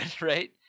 right